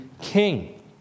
king